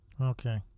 Okay